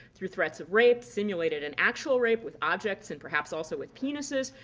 through threats of rape, simulated and actual rape with objects and perhaps also with penises,